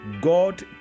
God